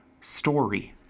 story